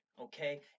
Okay